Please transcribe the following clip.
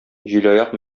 җилаяк